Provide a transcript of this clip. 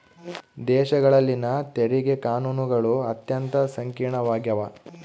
ದೇಶಗಳಲ್ಲಿನ ತೆರಿಗೆ ಕಾನೂನುಗಳು ಅತ್ಯಂತ ಸಂಕೀರ್ಣವಾಗ್ಯವ